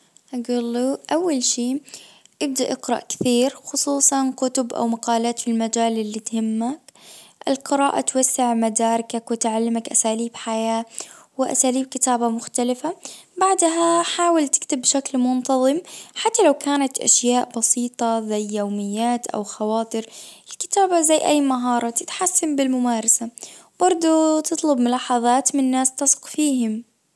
اول شي ابدي اقرأ كثير خصوصا كتب او مقالات في المجال اللي تهمك القراءة توسع مداركك وتعلمك اساليب حياة واساليب كتابة مختلفة بعدها حاول تكتب بشكل منتظم حتى لو كانت اشياء بسيطة زي يوميات او خواطر الكتابة زي اي مهارة تتحسن بالممارسة برضو تطلب ملاحظات من ناس تثق فيهم.